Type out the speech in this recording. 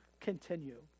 continue